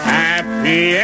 happy